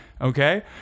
Okay